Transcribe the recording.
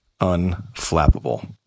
unflappable